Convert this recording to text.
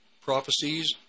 prophecies